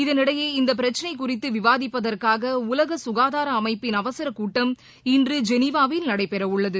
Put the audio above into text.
இதனினடயே இந்த பிரச்சினை குறித்து விவாதிப்பதற்காக உலக சுகாதார அமைப்பிள் அவசரக் கூட்டம் இன்று ஜெனீவாவில் நடைபெறவுள்ளது